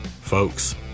Folks